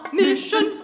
mission